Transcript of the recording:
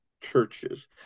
Churches